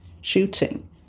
shooting